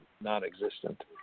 non-existent